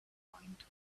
point